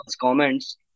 comments